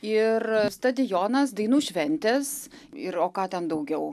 ir stadionas dainų šventės ir o ką ten daugiau